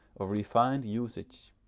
of refined usage.